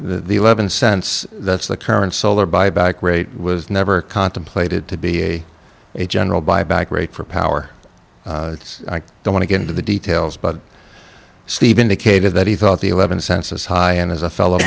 the eleven cents that's the current solar buyback rate was never contemplated to be a general buyback rate for power they want to get into the details but steve indicated that he thought the eleven census high and as a fellow